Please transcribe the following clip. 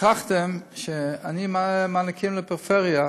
חיילים חרדים שמתגייסים לצה"ל.